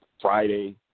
Friday